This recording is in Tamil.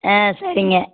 ஆ சரிங்க